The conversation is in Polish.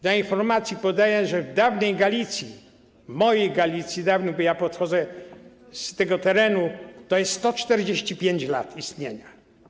Dla informacji podaję, że w dawnej Galicji, w mojej dawnej Galicji, bo pochodzę z tego terenu, to jest 145 lat istnienia.